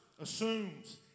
assumes